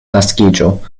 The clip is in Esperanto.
naskiĝo